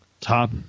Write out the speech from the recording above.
top